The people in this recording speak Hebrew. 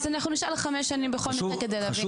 אז אנחנו נשאל על חמש שנים בכל מקרה כדי להבין --- חשוב